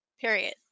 period